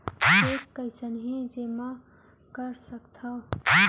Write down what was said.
Cheque कईसने जेमा कर सकथो?